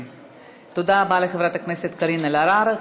תודה רבה לחברת הכנסת קארין אלהרר.